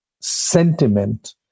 sentiment